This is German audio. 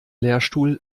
lehrstuhl